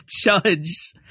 judge